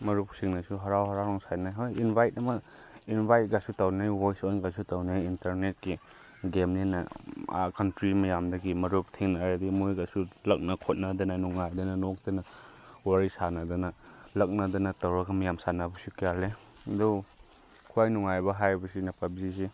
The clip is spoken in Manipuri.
ꯃꯔꯨꯞꯁꯤꯡꯅꯁꯨ ꯍꯔꯥꯎ ꯍꯔꯥꯎꯅ ꯁꯥꯟꯅꯩ ꯍꯣꯏ ꯏꯟꯕꯥꯏꯠ ꯑꯃ ꯏꯟꯕꯥꯏꯠꯀꯁꯨ ꯇꯧꯅꯩ ꯚꯣꯏꯁ ꯑꯣꯟꯒꯁꯨ ꯇꯧꯅꯩ ꯏꯟꯇꯔꯅꯦꯠꯀꯤ ꯒꯦꯝꯅꯤꯅ ꯑ ꯀꯟꯇ꯭ꯔꯤ ꯃꯌꯥꯝꯗꯒꯤ ꯃꯔꯨꯞ ꯊꯦꯡꯅꯔꯗꯤ ꯃꯣꯏꯒꯁꯨ ꯀꯥꯞꯅ ꯈꯣꯠꯅꯗꯅ ꯅꯨꯡꯉꯥꯏꯗꯅ ꯅꯣꯛꯇꯅ ꯋꯥꯔꯤ ꯁꯥꯟꯅꯗꯅ ꯂꯛꯅꯗꯅ ꯇꯧꯔꯒ ꯃꯌꯥꯝ ꯁꯥꯟꯅꯕꯁꯤ ꯀꯌꯥ ꯂꯩ ꯑꯗꯨ ꯈ꯭ꯋꯥꯏ ꯅꯨꯡꯉꯥꯏꯕ ꯍꯥꯏꯕꯁꯤꯅ ꯄꯞꯖꯤꯒꯤ